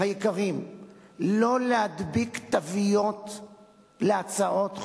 היקרים שלא להדביק תוויות להצעות חוק.